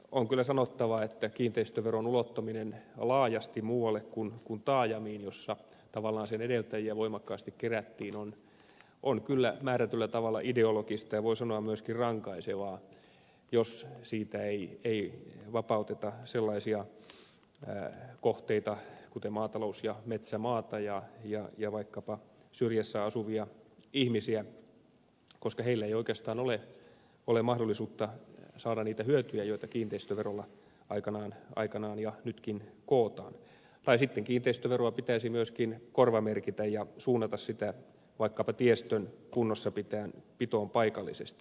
on kyllä sanottava että kiinteistöveron ulottaminen laajasti muualle kuin taajamiin joissa tavallaan sen edeltäjiä voimakkaasti kerättiin on kyllä määrätyllä tavalla ideologista ja voi sanoa myöskin rankaisevaa jos siitä ei vapauteta sellaisia kohteita kuin maatalous ja metsämaata ja vaikkapa syrjässä asuvia ihmisiä koska heillä ei oikeastaan ole mahdollisuutta saada niitä hyötyjä joita kiinteistöverolla aikanaan koottiin ja nytkin kootaan tai sitten kiinteistöveroa pitäisi myöskin korvamerkitä ja suunnata sitä vaikkapa tiestön kunnossapitoon paikallisesti